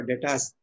data